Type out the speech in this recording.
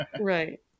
right